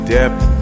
Depth